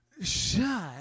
shut